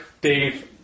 Dave